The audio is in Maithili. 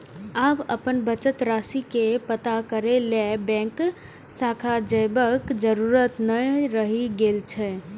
आब अपन बचत राशि के पता करै लेल बैंक शाखा जयबाक जरूरत नै रहि गेल छै